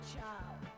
child